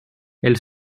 elle